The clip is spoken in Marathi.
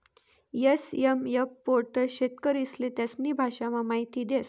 एस.एम.एफ पोर्टल शेतकरीस्ले त्यास्नी भाषामा माहिती देस